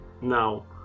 now